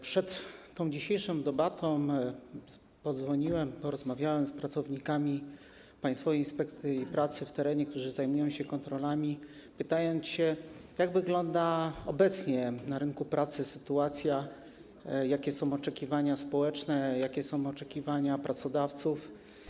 Przed dzisiejszą debatą podzwoniłem, porozmawiałem z pracownikami Państwowej Inspekcji Pracy w terenie, którzy zajmują się kontrolami, pytając się, jak wygląda obecnie sytuacja na rynku pracy, jakie są oczekiwania społeczne, jakie są oczekiwania pracodawców.